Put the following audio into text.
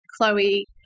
Chloe